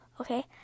okay